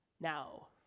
now